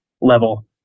level